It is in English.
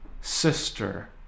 sister